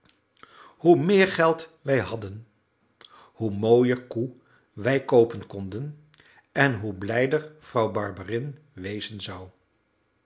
hoe meer geld wij hadden hoe mooier koe wij koopen konden en hoe blijder vrouw barberin wezen zou